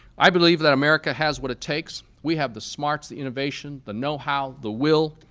i believe that america has what it takes. we have the smarts, the innovation, the know-how, the will,